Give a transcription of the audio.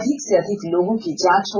अधिक से अधिक लोगों का जांच हो